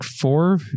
Four